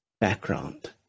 background